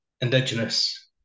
indigenous